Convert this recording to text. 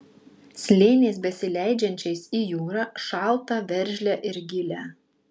slėniais besileidžiančiais į jūrą šaltą veržlią ir gilią